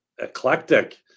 Eclectic